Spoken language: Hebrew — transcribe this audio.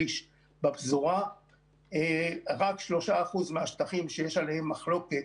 שליש מהם בפזורה; רק 3% מהשטחים שיש עליהם מחלוקת